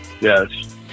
yes